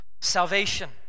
salvation